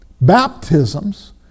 baptisms